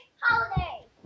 holiday